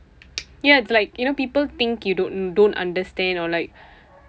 ya it's like you know people think you don't you don't understand or like